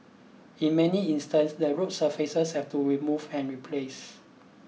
in many instances the road surfaces have to removed and replaced